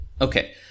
Okay